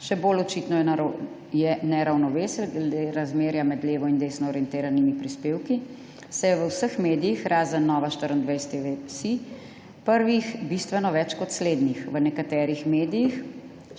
Še bolj očitno je neravnovesje razmerja med levo in desno orientiranimi prispevki, saj je v vseh medijih, razen Nova24tv.si, prvih bistveno več kot slednjih. V nekaterih medijih,